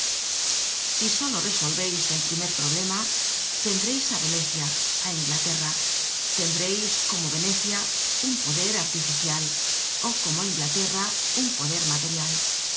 si solo resolveis el primer problema tendreis á venecia á inglaterra tendreis como venecia un poder artificial ó como inglaterra un poder material